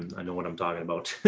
i know what i'm talking about.